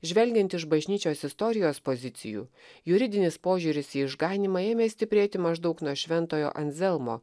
žvelgiant iš bažnyčios istorijos pozicijų juridinis požiūris į išganymą ėmė stiprėti maždaug nuo šventojo anzelmo